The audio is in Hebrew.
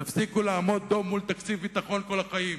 תפסיקו לעמוד דום מול תקציב הביטחון כל החיים,